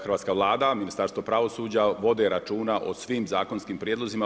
Hrvatska Vlada, Ministarstvo pravosuđa vode računa o svim zakonskim prijedlozima.